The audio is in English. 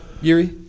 Yuri